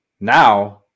Now –